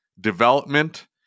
development